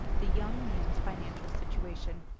the young man's financial situation.